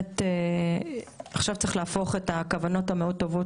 עכשיו צריך להפוך את הכוונות הטובות